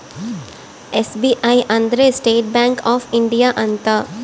SBI ಅಂದ್ರ state bank of India ಅಂತ